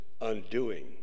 undoing